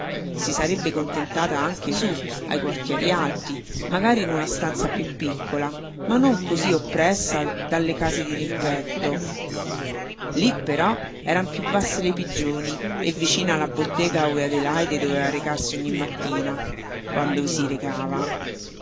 si sarebbe contentata anche su ai quartieri alti magari in una stanza più piccola ma non così oppressa dalle case di rimpetto lì però eran più basse le pigioni e vicina la bottega ove adelaide doveva recarsi ogni mattina quando vi si recava